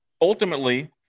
ultimately